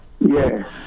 Yes